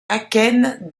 akènes